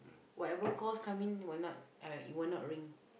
whatever calls comes in it will not uh it will not ring